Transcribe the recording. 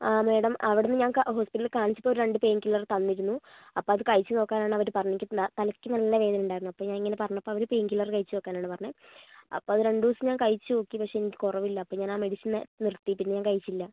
madam അവിടെനിന്ന് ഞാൻ ഹോസ്പിറ്റലിൽ കാണിച്ചപ്പോൾ ഒരു രണ്ട് പെയിൻ കില്ലെർ തന്നിരുന്നു അപ്പോൾ അത് കഴിച്ചുനോക്കാനാണ് അവർ പറഞ്ഞത് എനിക്ക് തലയ്ക്കു നല്ല വേദനയുണ്ടായിരുന്നു അപ്പോൾ ഞാനിങ്ങനെ പറഞ്ഞപ്പോൾ അവർ പെയിൻ കില്ലെർ കഴിച്ചുനോക്കാനാണ് പറഞ്ഞത് അപ്പോൾ അതു രണ്ടുദിവസം ഞാൻ കഴിച്ചുനോക്കി പക്ഷെ എനിക്ക് കുറവില്ല അപ്പോൾ ഞാൻ ആ മെഡിസിൻ നിർത്തി പിന്നെ ഞാൻ കഴിച്ചില്ല